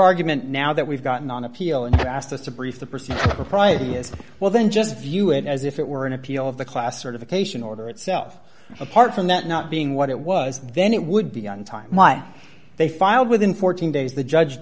argument now that we've gotten on appeal and asked us to brief the person propriety is well then just view it as if it were an appeal of the class certification order itself apart from that not being what it was then it would be on time they filed within fourteen days the judge